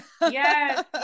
Yes